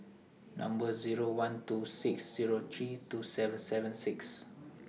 Number Zero one two six Zero three two seven seven six